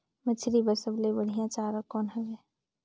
मछरी बर सबले बढ़िया चारा कौन हवय?